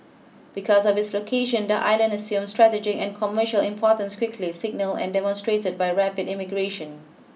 because of its location the island assumed strategic and commercial importance quickly signalled and demonstrated by rapid immigration